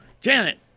Janet